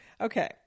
Okay